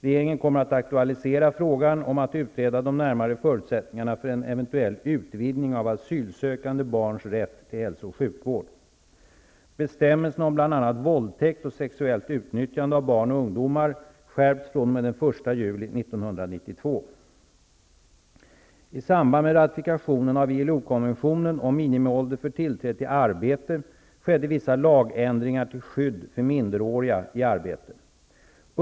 Regeringen kommer att aktualisera frågan om att utreda de närmare förutsättningarna för en eventuell utvidgning av asylsökande barns rätt till hälso och sjukvård.